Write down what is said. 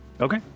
Okay